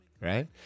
right